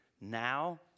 now